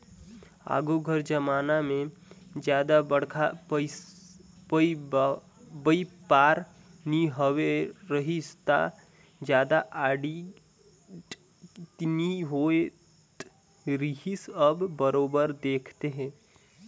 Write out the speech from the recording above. आघु कर जमाना में जादा बड़खा बयपार नी होवत रहिस ता जादा आडिट नी होत रिहिस अब बरोबर देखथे